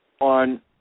on